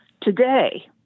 Today